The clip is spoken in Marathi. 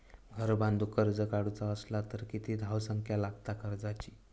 घर बांधूक कर्ज काढूचा असला तर किती धावसंख्या लागता कर्जाची?